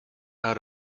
out